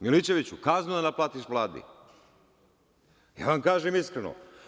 Milićeviću, kaznu da naplatiš Vladi, ja vam kažem iskreno.